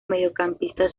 mediocampista